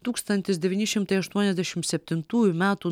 tūkstantis devyni šimtai aštuoniasdešim septintųjų metų